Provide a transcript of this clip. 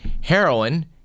Heroin